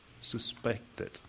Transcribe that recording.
suspected